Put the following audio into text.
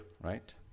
right